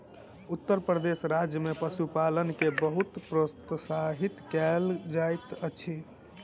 उत्तर प्रदेश राज्य में पशुपालन के बहुत प्रोत्साहित कयल जाइत अछि